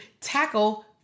tackle